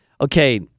Okay